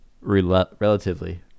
relatively